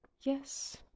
Yes